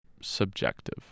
subjective